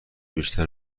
بیشتر